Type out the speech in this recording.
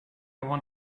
want